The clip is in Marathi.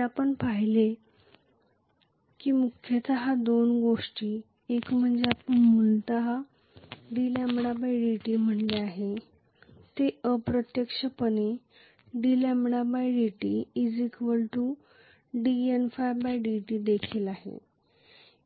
आपण पाहिले की मुख्यत दोन गोष्टी एक म्हणजे आपण मूलत d dt म्हटले आहे जे अप्रत्यक्षपणे d dt dN dt देखील आहे